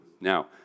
Now